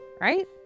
right